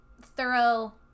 thorough